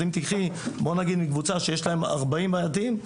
אז אם תיקחי מקבוצה שיש להם ארבעים אוהדים,